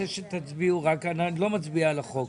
אני רוצה שתצביעו, אני לא מצביע על החוק.